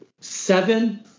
seven